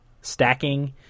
Stacking